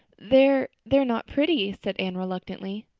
they're they're not pretty, said anne reluctantly.